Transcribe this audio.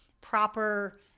proper